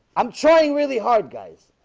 i'm trying really hard guys,